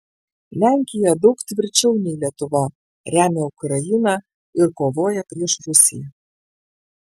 lenkija daug tvirčiau nei lietuva remia ukrainą ir kovoja prieš rusiją